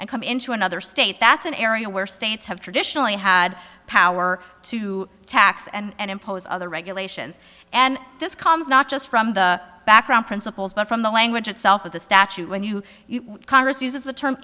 and come into another state that's an area where states have traditionally had power to tax and impose other regulations and this comes not just from the background principles but from the language itself of the statute when you congress uses the term